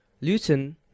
Luton